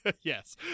Yes